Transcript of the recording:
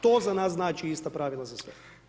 To za nas znači ista pravila za sve.